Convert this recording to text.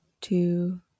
two